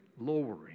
lowering